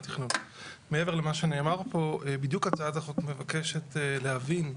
מעבר למה שנאמר פה, בדיוק הצעת החוק מבקשת להבין,